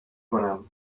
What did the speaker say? کنم